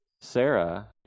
Sarah